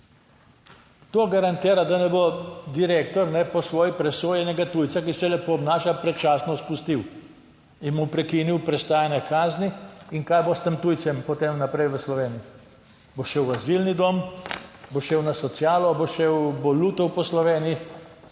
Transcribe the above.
To garantira, da ne bo direktor po svoji presoji enega tujca, ki se lepo obnaša predčasno spustil in mu prekinil prestajanje kazni. In kaj bo s tem tujcem potem naprej v Sloveniji? Bo šel v azilni dom, bo šel na socialo, bo šel bo lutal po Sloveniji,